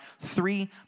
three